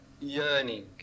yearning